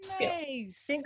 Nice